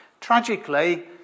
Tragically